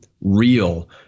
real